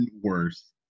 worse